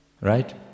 Right